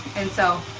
and so,